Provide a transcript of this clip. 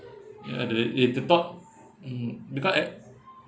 ya it it it's about mm because eh